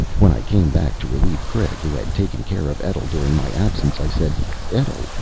when i came back to relieve craig, who had taken care of etl during my absence, i said etl,